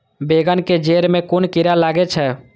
बेंगन के जेड़ में कुन कीरा लागे छै?